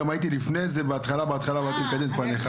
גם הייתי לפני זה בהתחלה באתי לקבל את פניך,